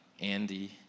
Andy